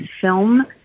film